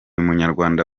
munyarwanda